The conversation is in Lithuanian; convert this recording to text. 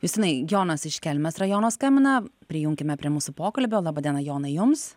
justinai jonas iš kelmės rajono skambina prijunkime prie mūsų pokalbio laba diena jonai jums